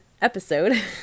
episode